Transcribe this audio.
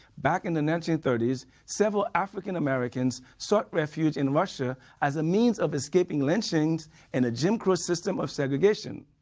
back in the nineteen thirty s several african americans sought refuge in russia as a means of escaping lynchings and the jim crow system of segregation.